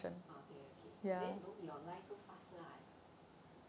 oh okay okay then don't be online so fast lah